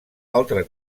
altre